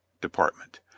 department